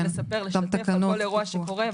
צריך לשתף, לשתף על כל אירוע שקורה.